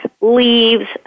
leaves